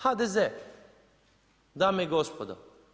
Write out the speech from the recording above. HDZ, dame i gospodo.